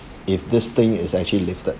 if this thing is actually lifted